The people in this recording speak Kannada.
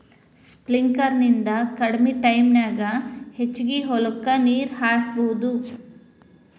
ಸ್ಪಿಂಕ್ಲರ್ ನಿಂದ ಕಡಮಿ ಟೈಮನ್ಯಾಗ ಹೆಚಗಿ ಹೊಲಕ್ಕ ನೇರ ಹಾಸಬಹುದು